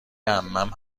عمم